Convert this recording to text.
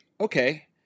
Okay